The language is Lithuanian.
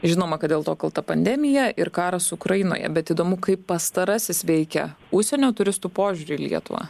žinoma kad dėl to kalta pandemija ir karas ukrainoje bet įdomu kaip pastarasis veikia užsienio turistų požiūrį į lietuvą